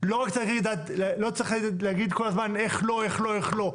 לא צריך להגיד כל הזמן איך לא, איך לא.